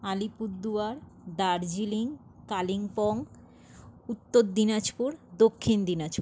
Alipurduar Darjeeling Kalimpong Uttar Dinajpur Dakshin Dinajpur